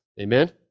Amen